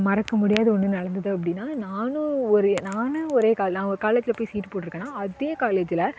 மறக்க முடியாது ஒன்று நடந்தது அப்படின்னா நானும் ஒரு நானும் ஒரே காலே நான் ஒரு காலேஜில் போய் சீட் போட்டுருக்கேன்னா அதே காலேஜில்